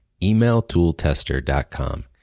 EmailToolTester.com